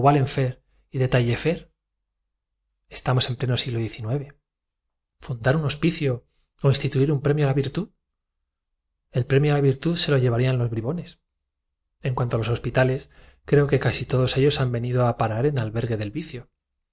los mismos estamos en pleno siglo xix fundar un hospicio o instituir un premio a la virtud el premio a la virtud se lo llevarían los bribones en cuan to a los hospitales creo que casi todos euos han venido a parar en albergue del vicio